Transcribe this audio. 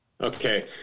Okay